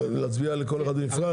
להצביע על כל אחת בנפרד?